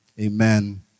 Amen